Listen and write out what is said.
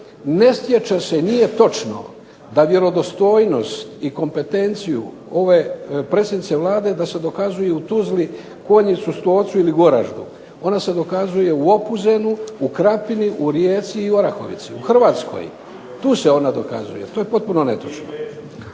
ne stječe se, nije točno da vjerodostojnost i kompetenciju predsjednice Vlade da se dokazuje u Tuzli, Konjicu, Stolcu ili Goraždu. Ona se dokazuje u Opuzenu, u Krapini, u Rijeci i Orahovici. U Hrvatskoj. Tu se ona dokazuje. To je potpuno netočno.